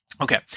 Okay